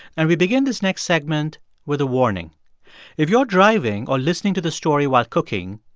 and we begin this next segment with a warning if you're driving or listening to this story while cooking,